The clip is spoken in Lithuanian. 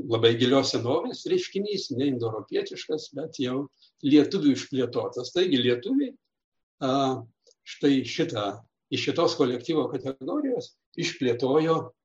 labai gilios senovės reiškinys ne indoeuropietiškas bet jau lietuvių išplėtotas taigi lietuviai štai šitą iš šitos kolektyvo kategorijos išplėtojo